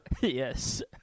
yes